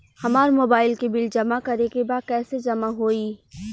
हमार मोबाइल के बिल जमा करे बा कैसे जमा होई?